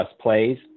Plays